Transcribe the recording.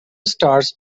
stars